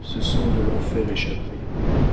se sont de l'enfer échappées